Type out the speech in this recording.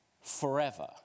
forever